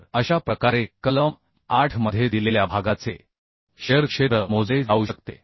तर अशा प्रकारे कलम 8 मध्ये दिलेल्या भागाचे शिअर क्षेत्र मोजले जाऊ शकते